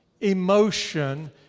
emotion